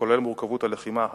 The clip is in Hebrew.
כולל מורכבות הלחימה הא-סימטרית,